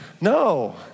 No